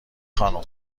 خانم